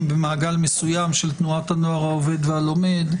במעגל מסוים של תנועת הנוער העובד והלומד,